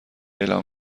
اعلام